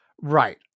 Right